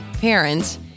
parents